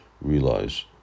realize